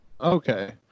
okay